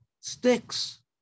sticks